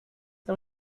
não